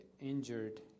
injured